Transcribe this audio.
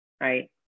right